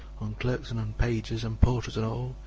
on clerks and on pages, and porters, and all,